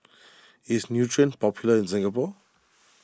is Nutren popular in Singapore